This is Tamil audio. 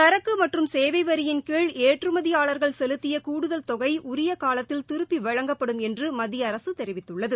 சரக்கு மற்றும் சேவை வரியின் கீழ் ஏற்றுமதியாளர்கள் செலுத்திய கூடுதல் தொகை உரிய காலத்தில் திருப்பி வழங்கப்படும் என்று மத்திய அரசு தெரிவித்துள்ளது